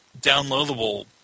downloadable